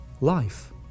life